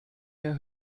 mehr